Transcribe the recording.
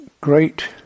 great